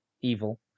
evil